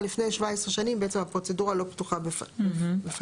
לפני 17 שנים בעצם הפרוצדורה לא פתוחה בפניו.